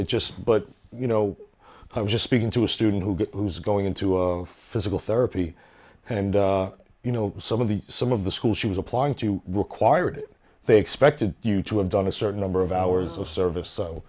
it just but you know i was just speaking to a student who is going into physical therapy and you know some of the some of the school she was applying to require that they expected you to have done a certain number of hours of service so